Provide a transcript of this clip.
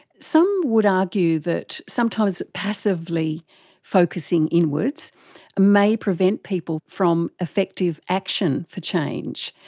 some would argue that sometimes passively focusing inwards may prevent people from effective action for change,